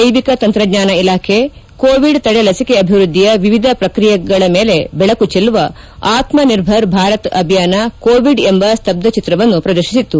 ಜೈವಿಕ ತಂತ್ರಜ್ಞಾನ ಇಲಾಖೆ ಕೋವಿಡ್ ತಡೆ ಲಸಿಕೆ ಅಭಿವೃದ್ಧಿಯ ವಿವಿಧ ಪ್ರಕ್ರಿಯೆಗಳ ಮೇಲೆ ಬೆಳಕು ಚೆಲ್ಲುವ ಆತ್ಮಿರ್ಭರ್ ಭಾರತ್ ಅಭಿಯಾನ ಕೋವಿಡ್ ಎಂಬ ಸ್ತಬ್ಧ ಚಿತ್ರವನ್ನು ಪ್ರದರ್ಶಿಸಿತು